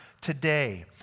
today